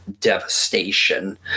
devastation